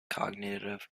cognitive